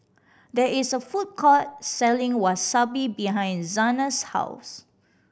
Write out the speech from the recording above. there is a food court selling Wasabi behind Zana's house